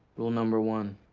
rule number one,